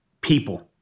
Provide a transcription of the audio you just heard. people